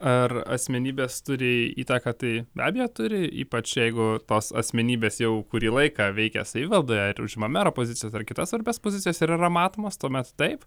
ar asmenybės turi įtaką tai be abejo turi ypač jeigu tos asmenybės jau kurį laiką veikia savivaldoje ir užima mero pozicijas ar kitas svarbias pozicijas ir yra matomos tuomet taip